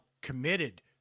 committed